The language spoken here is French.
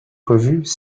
revues